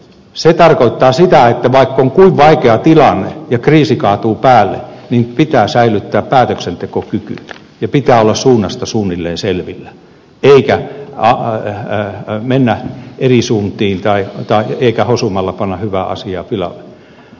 se tarkoittaa sitä että vaikka on kuinka vaikea tilanne ja kriisi kaatuu päälle niin pitää säilyttää päätöksentekokyky ja pitää olla suunnasta suunnilleen selvillä eikä mennä eri suuntiin eikä hosumalla panna hyvää asiaa pilalle